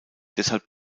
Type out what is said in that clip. deshalb